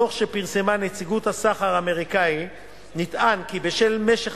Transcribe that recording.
בדוח שפרסמה נציגות הסחר האמריקני נטען כי בשל משך